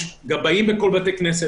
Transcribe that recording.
יש גבאים בכל בית כנסת,